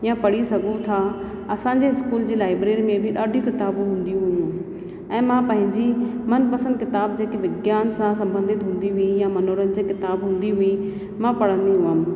ऐं पढ़ी सघूं था असां जे स्कूल जे लाएबरेरी में बि ॾाढियूं किताबूं हूंदियूं हुयूं ऐं मां पंहिंजी मनपसंदि किताब जेकी विज्ञान सां संबंधित हूंदी हुई यां मनोरंजन किताबु हूंदी हुई मां पढ़ंदी हुअमि